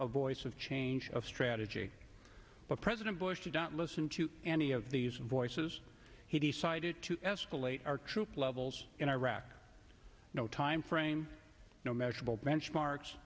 a voice of change of strategy of president bush don't listen to any of these voices he decided to escalate our troop levels in iraq no timeframe no measurable benchmark